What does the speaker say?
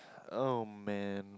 oh man